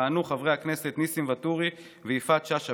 יכהנו חברי הכנסת ניסים ואטורי ויפעת שאשא